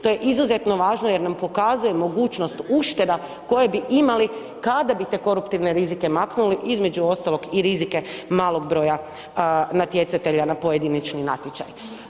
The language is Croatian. To je izuzetno važno jer nam pokazuje mogućnost ušteda koje bi imali kada bi te koruptivne rizike maknuli, između ostalog malog broja natjecatelja na pojedinačni natječaj.